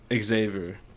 Xavier